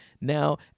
Now